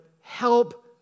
help